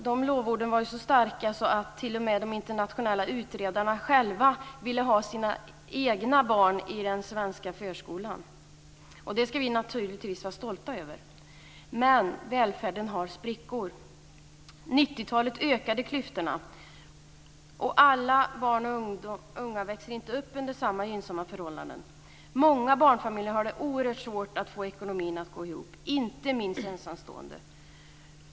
De lovorden var så starka att de internationella utredarna själva ville ha sina egna barn i den svenska förskolan. Det ska vi naturligtvis vara stolta över. Men välfärden har sprickor. Under 90-talet ökade klyftorna. Alla barn och unga växer inte upp under samma gynnsamma förhållanden. Många barnfamiljer har det oerhört svårt att få ekonomin att gå ihop, inte minst ensamstående.